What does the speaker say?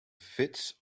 fits